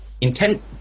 intent